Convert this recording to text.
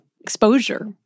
exposure